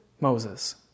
Moses